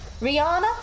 Rihanna